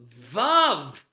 Vav